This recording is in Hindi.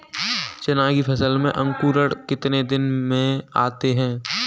चना की फसल में अंकुरण कितने दिन में आते हैं?